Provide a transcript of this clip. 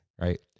right